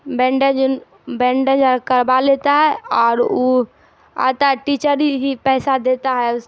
bandage bandage کروا لیتا ہے اور وہ آتا ہے ٹیچر ہی پیسہ دیتا ہے اس